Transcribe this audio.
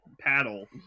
paddle